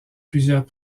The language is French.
plusieurs